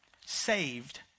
saved